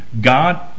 God